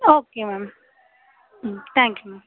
okay ma'am hmm thank you ma'am